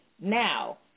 now